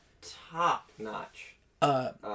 top-notch